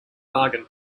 bargain